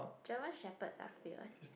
German Shepherds are fierce